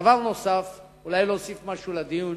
דבר נוסף, אולי להוסיף משהו לדיון: